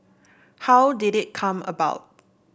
how did it come about